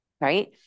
right